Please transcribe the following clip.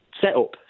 setup